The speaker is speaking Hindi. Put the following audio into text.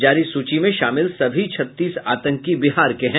जारी सूची में शामिल सभी छत्तीस आतंकी बिहार के है